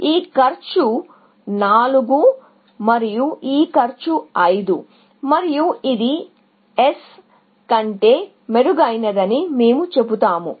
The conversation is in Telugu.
ఈ కాస్ట్ 4 మరియు ఈ కాస్ట్ 5 మరియు ఇది S కంటే మెరుగైనదని మేము చెబుతాము